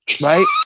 Right